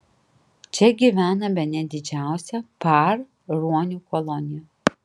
čia gyvena bene didžiausia par ruonių kolonija